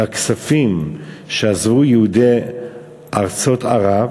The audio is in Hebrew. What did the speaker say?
הכספים שעזבו יהודי ארצות ערב,